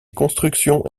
constructions